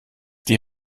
die